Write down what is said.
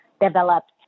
developed